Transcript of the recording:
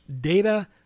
data